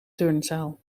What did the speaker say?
turnzaal